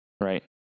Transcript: Right